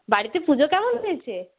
বাড়িতে পূজো কেমন হয়েছে